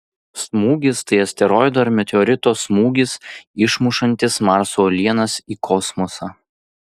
smūgis tai asteroido ar meteorito smūgis išmušantis marso uolienas į kosmosą